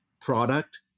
product